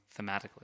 thematically